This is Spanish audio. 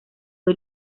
fue